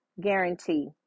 guarantee